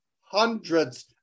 hundreds